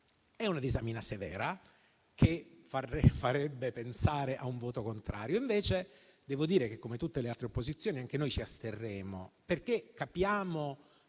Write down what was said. è una disamina severa, che farebbe pensare a un voto contrario. Invece, devo dire che, come tutte le altre opposizioni, anche noi ci asterremo, perché capiamo